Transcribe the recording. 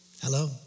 Hello